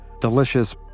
delicious